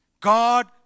God